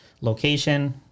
location